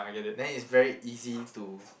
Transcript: then it's very easy to